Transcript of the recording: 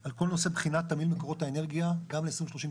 על כל נושא בחינת תמהיל מקורות האנרגיה גם ל-2030,